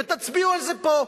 ותצביעו על זה פה.